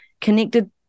connected